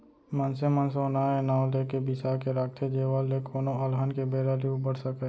मनसे मन सोना ए नांव लेके बिसा के राखथे जेखर ले कोनो अलहन के बेरा ले उबर सकय